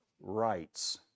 rights